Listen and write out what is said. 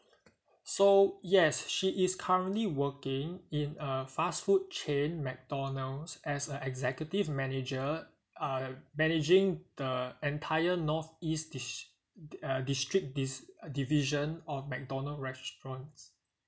so yes she is currently working in a fast food chain mcdonald's as a executive manager uh managing the entire north east dis~ uh district dis~ uh division of mcdonald restaurants